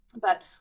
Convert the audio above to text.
but-